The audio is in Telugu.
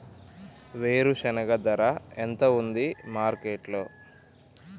వేరుశెనగ ధర ఎంత ఉంది మార్కెట్ లో?